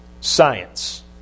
science